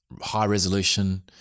high-resolution